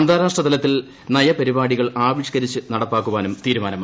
അന്താരാഷ്ട്ര തലത്തിൽ നയപരിപാടികൾ ആവിഷ്ക്കരിച്ച് നടപ്പാക്കാനും തീരുമാനമായി